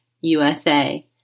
USA